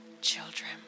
children